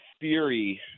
theory